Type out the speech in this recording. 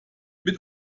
mit